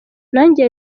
nanjye